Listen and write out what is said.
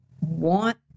want